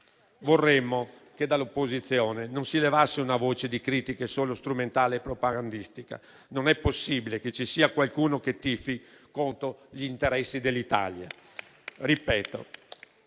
vorremmo che dall'opposizione non si levasse una voce di critiche solo strumentali e propagandistiche. Non è possibile che vi sia qualcuno che tifa contro gli interessi dell'Italia. Ripeto